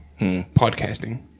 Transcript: Podcasting